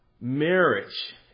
marriage